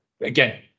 again